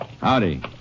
Howdy